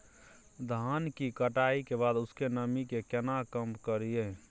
धान की कटाई के बाद उसके नमी के केना कम करियै?